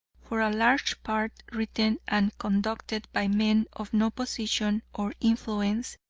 for a large part written and conducted by men of no position or influence,